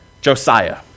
Josiah